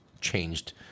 changed